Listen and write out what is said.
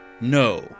No